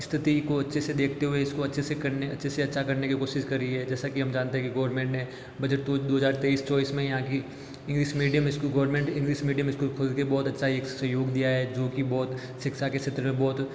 स्थिति को अच्छे से देखते हुए इसको अच्छे से करने अच्छे से अच्छा करने का कोशिश करी है जैसा कि हम जानते हैं कि गोरमेंट ने बजट दो हज़ार तेईस चौबीस में यहाँ की English medium school government English medium school खोल के बहुत अच्छा एक सहयोग दिया है जो कि बहुत शिक्षा के क्षेत्र में बहुत